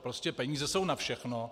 Prostě peníze jsou na všechno.